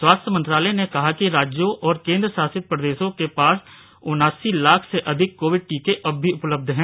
स्वास्थ्य मंत्रालय ने कहा कि राज्यों और केन्द्रशासित प्रदेशों के पास उनासी लाख से अधिक कोविड टीके अब भी उपलब्ध हैं